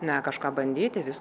ne kažką bandyti vis